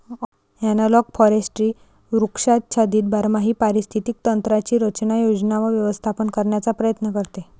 analogue forestry वृक्षाच्छादित बारमाही पारिस्थितिक तंत्रांची रचना, योजना व व्यवस्थापन करण्याचा प्रयत्न करते